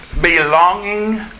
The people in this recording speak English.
belonging